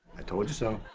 i told ya so.